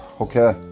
Okay